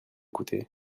coûté